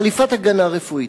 חליפת הגנה רפואית.